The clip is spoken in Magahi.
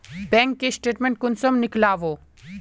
बैंक के स्टेटमेंट कुंसम नीकलावो?